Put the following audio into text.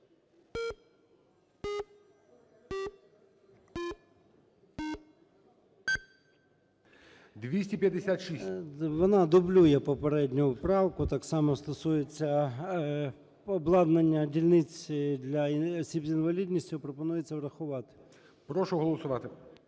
Вона дублює попередню правку. Так само стосується обладнання дільниць для осіб з інвалідністю. Пропонується врахувати. ГОЛОВУЮЧИЙ. Прошу голосувати.